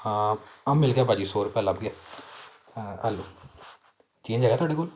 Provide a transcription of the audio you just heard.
ਹਾਂ ਆਹ ਮਿਲ ਗਿਆ ਭਾਅ ਜੀ ਸੌ ਰੁਪਇਆ ਲੱਭ ਗਿਆ ਆਹ ਲਉ ਚੇਂਜ ਹੈਗਾ ਤੁਹਾਡੇ ਕੋਲ